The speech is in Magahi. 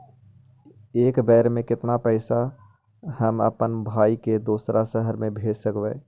एक बेर मे कतना पैसा हम अपन भाइ के दोसर शहर मे भेज सकबै?